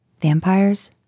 Vampires